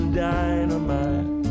dynamite